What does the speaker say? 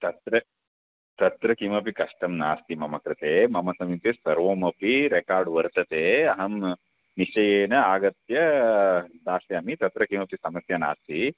तत्र तत्र किमपि कष्टं नास्ति मम कृते मम समीपे सर्वमपि रेकार्ड् वर्तते अहं निश्चयेन आगत्य दास्यामि तत्र किमपि समस्या नास्ति